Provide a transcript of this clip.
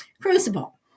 crucible